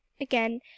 again